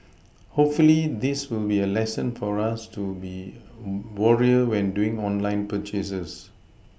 hopefully this will be a lesson for us to be warier when doing online purchases